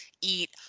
eat